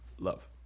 Love